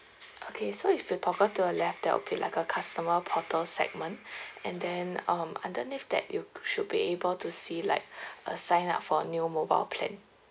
okay so if you toggle to the left there'll be like a customer portal segment and then um underneath that you should be able to see like a signup for a new mobile plan